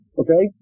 okay